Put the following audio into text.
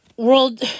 World